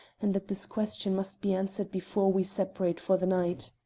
and that this question must be answered before we separate for the night.